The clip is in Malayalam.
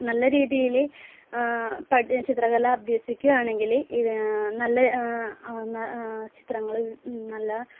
നല്ല രീതിയിൽ പട് ചിത്രകല അഭ്യസിക്കുവാണെങ്കിൽ നല്ല ചിത്രങ്ങൾ നല്ല